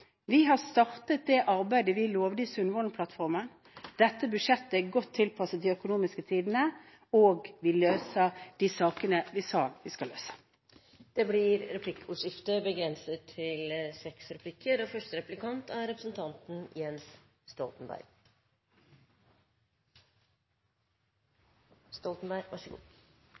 Vi har startet det arbeidet vi lovet i Sundvolden-plattformen. Dette budsjettet er godt tilpasset de økonomiske tidene, og vi løser de sakene vi sa vi skal løse. Det blir replikkordskifte. Det er